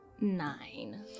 nine